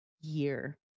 year